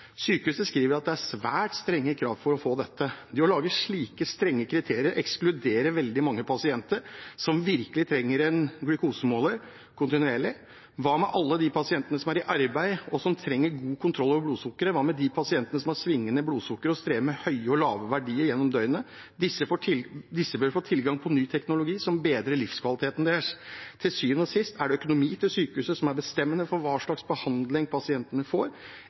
Sykehuset skriver at det er svært strenge krav for å få dette. Det å lage slike strenge kriterier ekskluderer veldig mange pasienter som virkelig trenger en kontinuerlig glukosemåler. Hva med alle de pasientene som er i arbeid, og som trenger god kontroll over blodsukkeret? Hva med de pasientene som har svingende blodsukker og strever med høye og lave verdier gjennom døgnet? Disse vil få tilgang på ny teknologi som bedrer livskvaliteten deres. Til syvende og sist er det økonomien til sykehusene som er bestemmende for hva slags behandling pasientene får.